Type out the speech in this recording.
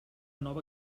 nova